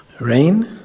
Rain